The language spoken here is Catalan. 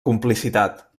complicitat